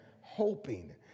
hoping